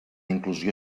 inclusió